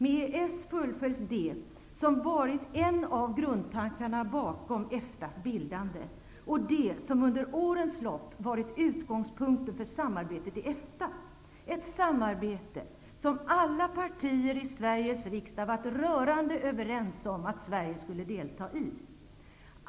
Med EES fullföljs det som varit en av grundtankarna bakom EFTA:s bildande och det som under årens lopp har varit utgångspunkten för samarbetet i EFTA. Det är ett samarbete som alla partier i Sveriges riksdag har varit rörande överens om att Sverige skall delta i.